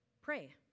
pray